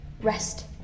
rest